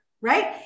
right